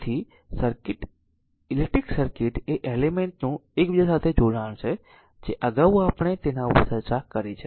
તેથી electric circuit એ element નું એકબીજા સાથે જોડાણ છે જે અગાઉ આપણે તેના ઉપર ચર્ચા કરી છે